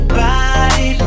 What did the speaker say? body